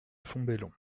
fontbellon